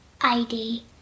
ID